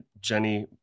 Jenny